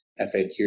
FAQ